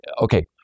okay